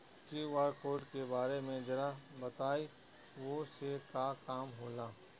QR code के बारे में जरा बताई वो से का काम होला?